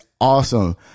Awesome